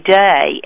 day